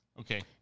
Okay